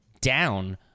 down